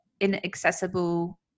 inaccessible